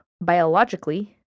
Biologically